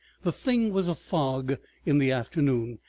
the thing was a fog in the afternoon,